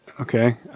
Okay